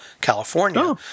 California